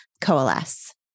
coalesce